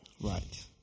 right